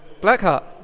Blackheart